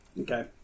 okay